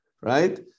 right